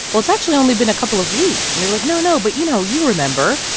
well, it's actually only been a couple of weeks. and they were like, no, no, but you know, you remember?